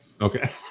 okay